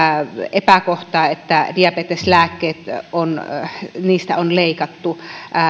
epäkohtaa että diabeteslääkkeistä on leikattu